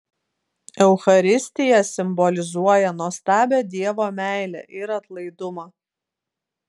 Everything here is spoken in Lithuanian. eucharistija simbolizuoja nuostabią dievo meilę ir atlaidumą